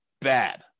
Bad